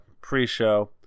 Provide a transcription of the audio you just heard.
pre-show